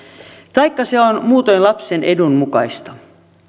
taikka se on muutoin lapsen edun mukaista